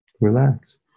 Relax